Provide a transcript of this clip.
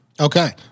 Okay